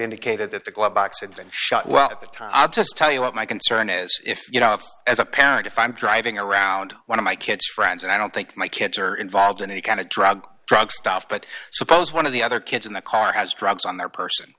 indicated that the glove box had been shot well at the time i just tell you what my concern is if you know as a parent if i'm driving around one of my kids friends and i don't think my kids are involved in any kind of drug drug stuff but suppose one of the other kids in the car has drugs on their person